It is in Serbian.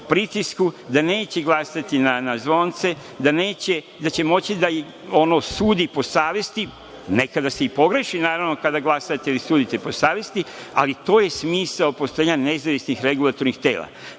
da neće glasati na zvonce, da će moći da sudi po savesti. Nekada se i pogreši kada glasate i sudite po savesti, ali to je smisao postojanja nezavisnih regulatornih tela.